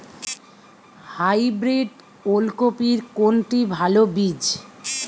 Hybrid ওল কপির কোনটি ভালো বীজ?